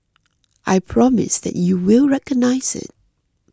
I promise that you will recognise it